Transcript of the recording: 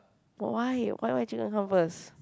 why why why chicken come first